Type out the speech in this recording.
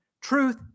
Truth